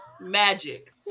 Magic